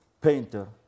painter